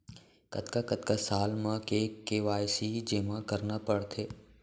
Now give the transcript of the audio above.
कतका कतका साल म के के.वाई.सी जेमा करना पड़थे?